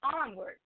onward